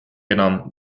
enam